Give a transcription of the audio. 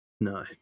No